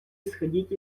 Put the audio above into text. исходить